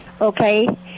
Okay